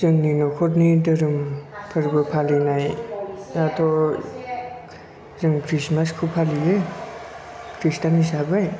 जोंनि नखरनि धोरोम फोरबो फालिनायाथ' जों खृस्टमासखौ फालियो खृष्टान हिसाबै